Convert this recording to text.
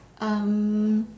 um